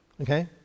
okay